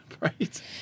Right